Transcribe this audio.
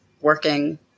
working